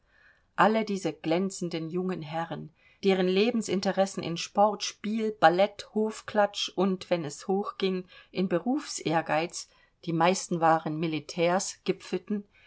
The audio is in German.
alle diese glänzenden jungen herren deren lebensinteressen in sport spiel ballet hofklatsch und wenn es hoch ging in berufsehrgeiz die meisten waren militärs gipfelten